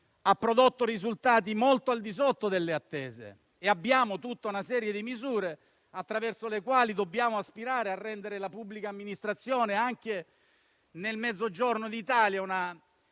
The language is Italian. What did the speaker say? prodotto sin qui risultati molto al di sotto delle attese e abbiamo tutta una serie di misure attraverso le quali dobbiamo aspirare a rendere la pubblica amministrazione più efficiente anche nel Mezzogiorno d'Italia e